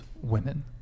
women